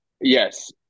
yes